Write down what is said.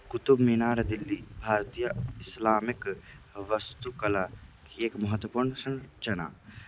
कुतुब् मिनार दिल्ली भारतीया इस्लामिक् वास्तुकला एकं महत्त्वपूर्णं शन् चना